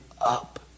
up